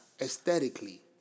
aesthetically